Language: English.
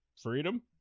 freedom